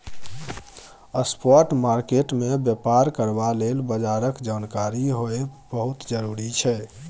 spot market मे बेपार करबा लेल बजारक जानकारी होएब बहुत जरूरी छै